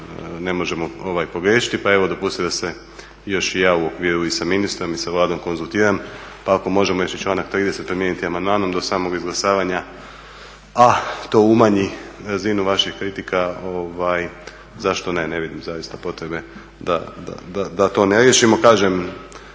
ne možemo pogriješiti. Pa evo dopustite da se još i ja u okviru i sa ministrom, i sa Vladom konzultiram, pa ako možemo još i članak 30. promijeniti amandmanom, do samoga izglasavanja, a to umanji razinu vaših kritika zašto ne, ne vidim zaista potrebe da to ne riješimo. Kažem,